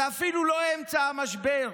זה אפילו לא אמצע המשבר.